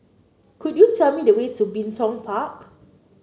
could you tell me the way to Bin Tong Park